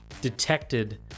detected